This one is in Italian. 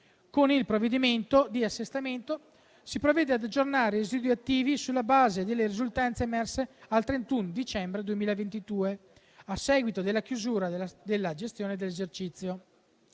Con il provvedimento di assestamento si provvede ad aggiornare i residui attivi sulla base delle risultanze emerse al 31 dicembre 2022, a seguito della chiusura della gestione dell'esercizio.